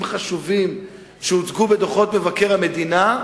חשובים שהוצגו בדוחות ביקורת המדינה,